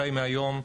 אולי מהיום וכדומה,